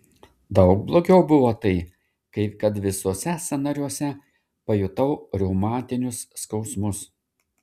daug blogiau buvo tai kad visuose sąnariuose pajutau reumatinius skausmus